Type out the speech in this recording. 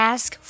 Ask